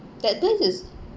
that this is